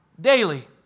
daily